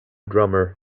drummer